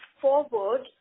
forward